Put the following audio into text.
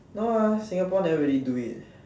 no ah Singapore never really do it